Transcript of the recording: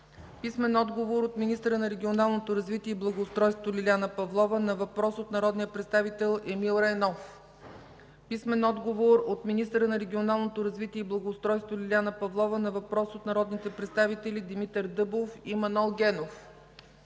Димитров; - от министъра на регионалното развитие и благоустройството Лиляна Павлова на въпрос от народния представител Емил Райнов; - от министъра на регионалното развитие и благоустройството Лиляна Павлова на въпрос от народните представители Димитър Дъбов и Манол Генов;